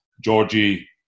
Georgie